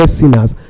sinners